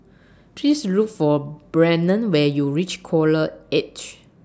Please Look For Brennan when YOU REACH Coral Edge